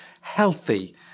healthy